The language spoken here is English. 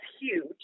huge